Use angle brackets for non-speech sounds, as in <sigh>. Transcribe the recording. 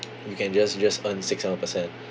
<noise> you can just just earn six seven per cent